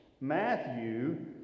Matthew